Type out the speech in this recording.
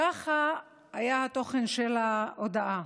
ככה היה התוכן של ההודעה: